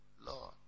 Lord